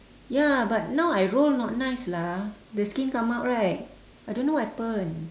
ya but now I roll not nice lah the skin come out right I don't know what happened